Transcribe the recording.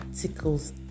tickles